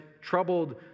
troubled